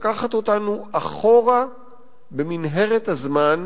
לקחת אותנו אחורה במנהרת הזמן